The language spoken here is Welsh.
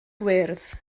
gwyrdd